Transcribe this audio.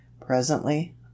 presently